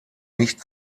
nicht